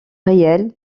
réel